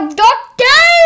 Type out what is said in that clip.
doctor